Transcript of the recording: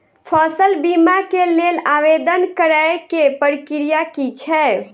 फसल बीमा केँ लेल आवेदन करै केँ प्रक्रिया की छै?